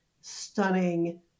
stunning